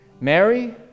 Mary